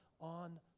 on